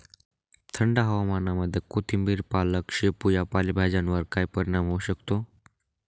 थंड हवामानामध्ये कोथिंबिर, पालक, शेपू या पालेभाज्यांवर काय परिणाम होऊ शकतो?